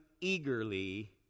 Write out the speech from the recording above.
eagerly